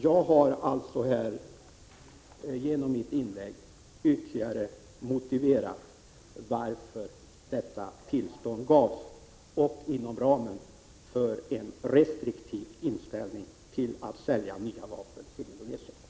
Jag har genom mitt inlägg ytterligare motiverat varför tillståndet gavs, inom ramen för en restriktiv inställning till att sälja nya vapen till Indonesien.